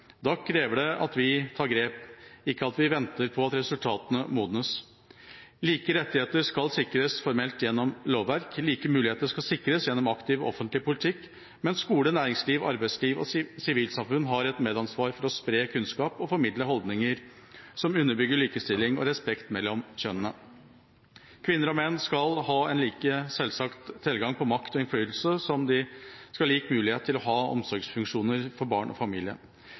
Da krever det at vi tar grep, ikke at vi venter på at resultatene modnes. Like rettigheter skal sikres formelt gjennom lovverk. Like muligheter skal sikres gjennom aktiv offentlig politikk, mens skole, næringsliv, arbeidsliv og sivilsamfunn har et medansvar for å spre kunnskap og formidle holdninger som underbygger likestilling og respekt mellom kjønnene. Kvinner og menn skal ha en like selvsagt tilgang på makt og innflytelse som de skal ha lik mulighet til å ha omsorgsfunksjoner for barn og familie.